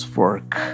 work